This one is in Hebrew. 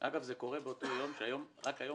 אגב, זה קורה באותו יום, רק היום